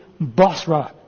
Basra